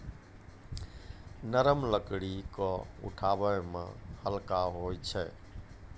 नरम लकड़ी क उठावै मे हल्का होय छै